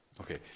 Okay